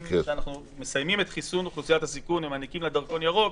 אם אנחנו מסיימים את חיסון האוכלוסייה בסיכון ומנפיקים דרכון ירוק,